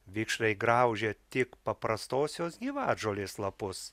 vikšrai graužia tik paprastosios gyvatžolės lapus